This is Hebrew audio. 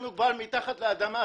אנחנו כבר מתחת לאדמה,